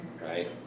right